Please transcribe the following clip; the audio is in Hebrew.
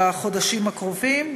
בחודשים הקרובים.